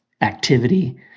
Activity